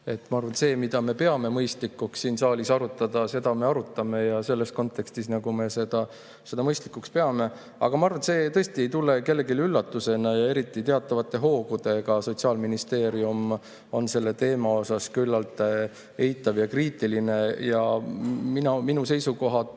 Ma arvan, et seda, mida me peame mõistlikuks siin saalis arutada, me ka arutame, ja selles kontekstis, nagu me seda mõistlikuks peame. Aga ma arvan, et see tõesti ei tule kellelegi üllatusena. Teatavate hoogude kaupa on Sotsiaalministeerium olnud selle teema puhul küllalt eitav ja kriitiline. Minu seisukohad